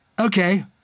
Okay